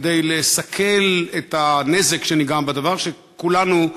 כדי לסכל את הנזק שנגרם בדבר שכולנו,